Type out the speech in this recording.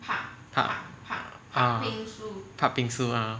pat~ ah patbingsoo ah